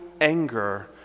anger